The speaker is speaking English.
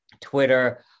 Twitter